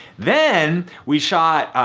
then, we shot